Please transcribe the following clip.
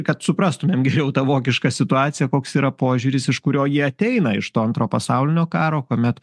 kad suprastumėm geriau tą vokišką situaciją koks yra požiūris iš kurio jie ateina iš to antro pasaulinio karo kuomet